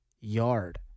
yard